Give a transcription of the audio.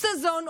סזון,